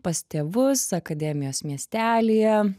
pas tėvus akademijos miestelyje